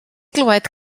glywed